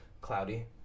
Cloudy